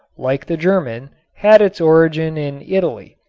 like the german, had its origin in italy,